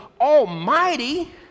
almighty